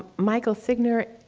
michael signer,